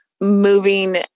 moving